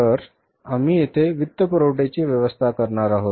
तर आम्ही येथे वित्तपुरवठ्याची व्यवस्था करणार आहोत